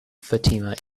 fatima